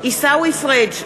עיסאווי פריג'